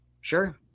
sure